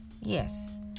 yes